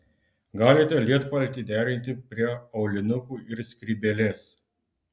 galite lietpaltį derinti prie aulinukų ir skrybėlės